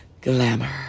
glamour